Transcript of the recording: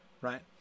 right